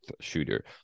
shooter